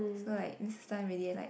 so like Missus Tan really like